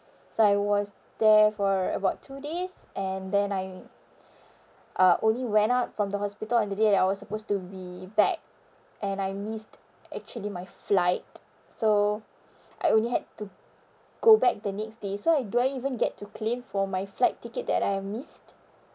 so I was there for about two days and then I uh only went out from the hospital on the day that I was supposed to be back and I missed actually my flight so I only had to go back the next day so I do I even get to claim for my flight ticket that I missed